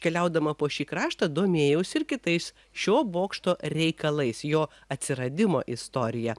keliaudama po šį kraštą domėjausi ir kitais šio bokšto reikalais jo atsiradimo istorija